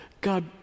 God